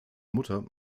mutter